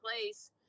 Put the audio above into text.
place